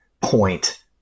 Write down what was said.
point